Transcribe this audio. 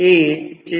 म्हणून Z